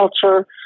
culture